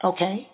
Okay